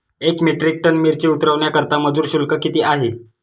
एक metric tonne मिरची उतरवण्याकरता मजूर शुल्क किती आहे?